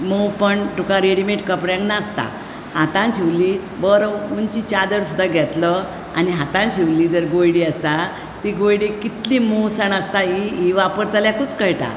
मोंवपण तुका रेडिमेड कपड्यांक नासता हातान शिंविल्ली बरी उंची चादर सुद्दां घेतलो आनी हातान शिंविल्ली जर गोयडी आसा ती गोयडेक कितली मोंवसाण ही ही वापरतल्याकुच कळटा